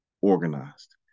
organized